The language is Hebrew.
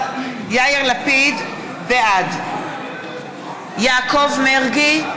אינה משתתפת בהצבעה יאיר לפיד, בעד יעקב מרגי,